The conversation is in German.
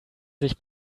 sich